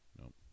Nope